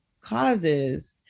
causes